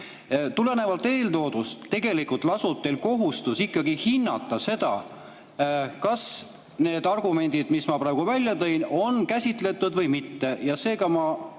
Tulenevalt eeltoodust tegelikult lasub teil kohustus ikkagi hinnata seda, kas need argumendid, mis ma praegu välja tõin, on käsitletud või mitte. Seega ma